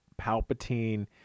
Palpatine